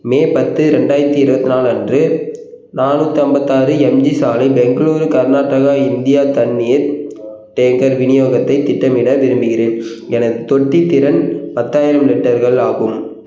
மே பத்து ரெண்டாயிரத்தி இருபத்தினாலு அன்று நானூற்றி ஐம்பத்தாறு எம்ஜி சாலை பெங்களூரு கர்நாடகா இந்தியா தண்ணீர் டேங்கர் விநியோகத்தை திட்டமிட விரும்புகிறேன் எனது தொட்டித் திறன் பத்தாயிரம் லிட்டர்கள் ஆகும்